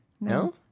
no